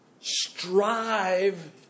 strive